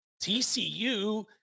TCU